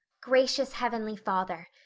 gracious heavenly father,